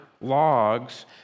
logs